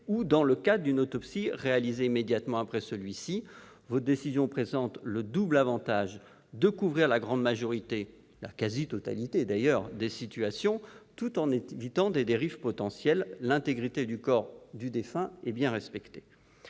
ou dans le cadre d'une autopsie réalisée immédiatement après celui-ci. Votre décision présente le double avantage de couvrir la grande majorité, et même la quasi-totalité des situations, tout en évitant des dérives potentielles. L'intégrité du corps du défunt est bien respectée.